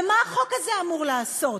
ומה החוק הזה אמור לעשות?